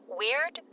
weird